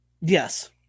Yes